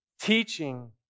teaching